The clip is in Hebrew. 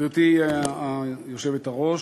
גברתי היושבת-ראש,